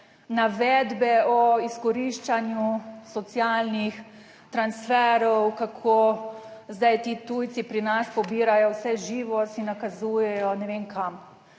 navedbe o izkoriščanju socialnih transferov, kako zdaj ti tujci pri nas pobirajo vse živo, si nakazujejo ne vem kam.